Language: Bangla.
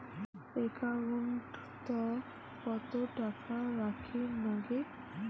একাউন্টত কত টাকা রাখীর নাগে?